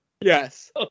Yes